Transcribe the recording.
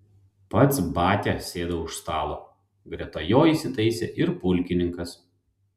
pats batia sėdo už stalo greta jo įsitaisė ir pulkininkas